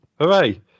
hooray